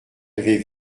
avait